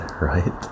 right